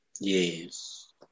Yes